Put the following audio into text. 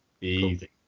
easy